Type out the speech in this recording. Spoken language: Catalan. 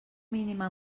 mínima